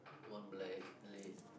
one black la~